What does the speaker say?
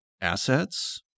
assets